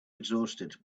exhausted